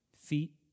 feet